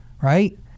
right